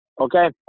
Okay